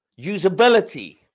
Usability